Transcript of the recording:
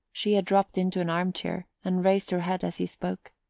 she had dropped into an armchair, and raised her head as he spoke.